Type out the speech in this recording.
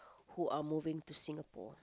who are moving to Singapore